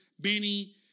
Benny